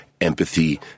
empathy